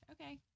Okay